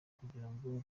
kugirango